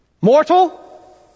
Mortal